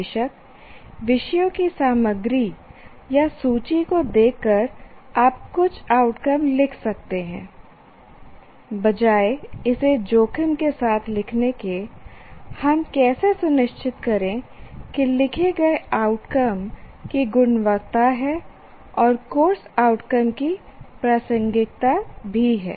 बेशक विषयों की सामग्री या सूची को देखकर आप कुछ आउटकम लिख सकते हैं बजाय इसे जोखिम के साथ लिखने के हम कैसे सुनिश्चित करें कि लिखे गए आउटकम की गुणवत्ता है और कोर्स आउटकम की प्रासंगिकता भी है